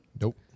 Nope